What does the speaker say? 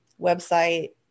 website